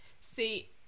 see